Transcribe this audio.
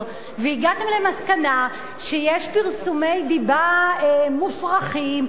והגעתם למסקנה שיש פרסומי דיבה מופרכים,